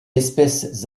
espèces